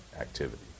activity